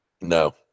No